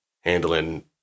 handling